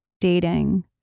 dating